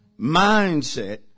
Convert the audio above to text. mindset